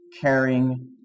caring